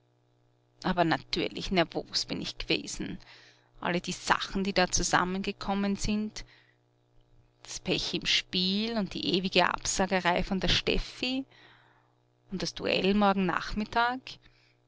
aber natürlich nervos bin ich gewesen alle die sachen die da zusammengekommen sind das pech im spiel und die ewige absagerei von der steffi und das duell morgen nachmittag